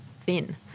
thin